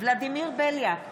ולדימיר בליאק,